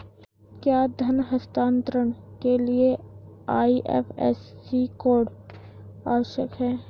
क्या धन हस्तांतरण के लिए आई.एफ.एस.सी कोड आवश्यक है?